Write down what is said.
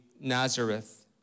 Nazareth